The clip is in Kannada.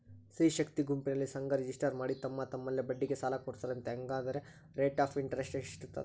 ಸ್ತ್ರೇ ಶಕ್ತಿ ಗುಂಪಿನಲ್ಲಿ ಸಂಘ ರಿಜಿಸ್ಟರ್ ಮಾಡಿ ತಮ್ಮ ತಮ್ಮಲ್ಲೇ ಬಡ್ಡಿಗೆ ಸಾಲ ಕೊಡ್ತಾರಂತೆ, ಹಂಗಾದರೆ ರೇಟ್ ಆಫ್ ಇಂಟರೆಸ್ಟ್ ಎಷ್ಟಿರ್ತದ?